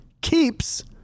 keeps